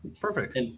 perfect